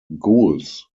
gules